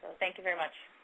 thank you very much.